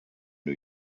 new